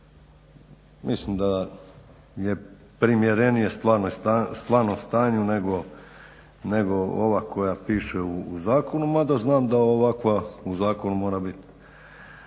Mislim da je primjerenije stvarnom stanju nego ova koja piše u zakonu, mada znam da ovakva u zakonu mora bit.